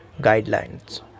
guidelines